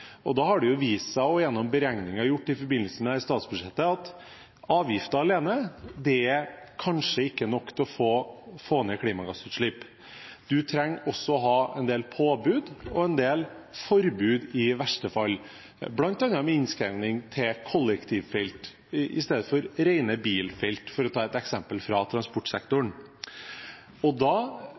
Det har vist seg gjennom beregninger gjort i forbindelse med statsbudsjettet, at avgifter alene kanskje ikke er nok til å få ned klimagassutslipp. Man trenger også å ha en del påbud og en del forbud i verste fall, bl.a. med innskrenkning til kollektivfelt istedenfor rene bilfelt, for å ta et eksempel fra transportsektoren. Da